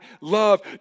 love